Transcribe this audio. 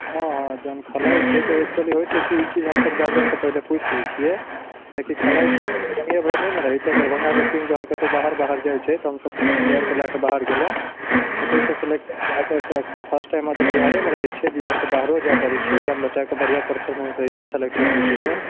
हँ हँ जहन खलाइ छै तऽ एक्चुअली होइ छै की ई चीज हमसब गार्जिअनके पहिले पुछि लै छियै किएकि खलाइ छै तऽ दरभङ्गे भरि नहि ने रहै छै दरभगा के टीम जखन कतौ बाहर बाहर जाइ छै तऽ हमसब प्लेअरके लऽ कऽ बाहर गेलहुॅं ओत्तै सऽ सेलेक्शन भेलाक बाद फर्स्ट टाइम तऽ बिहारे मे रहै छै बिहार के बाहरो जाए पड़ै जहन बच्चा के बढ़िआँ परफोरमेन्स रहै छै सेलेक्शन होइ छै तऽ